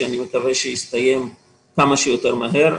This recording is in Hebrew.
ואני מקווה שהוא יסתיים כמה שיותר מהר.